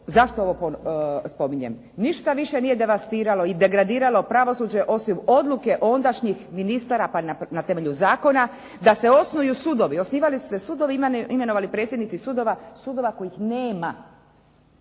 Zašto ovo spominjem? Ništa više nije devastiralo i degradiralo pravosuđe osim odluke ondašnjih ministara pa na temelju zakona, da se osnuju sudovi. Osnivali su se sudovi, imenovali predsjednici sudova, sudova kojih nema.